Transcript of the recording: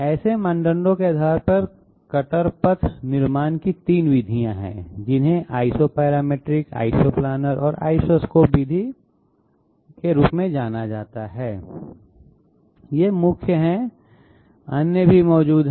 ऐसे मानदंडों के आधार पर कटर पथ निर्माण की 3 विधियां हैं जिन्हें आइसोपरामैट्रिक इसोपलानर और इसोस्कोप विधि के रूप में जाना जाता है ये मुख्य हैं अन्य भी मौजूद हैं